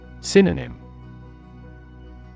Synonym